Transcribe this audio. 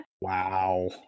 Wow